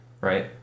right